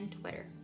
Twitter